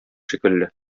шикелле